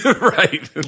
right